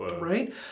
right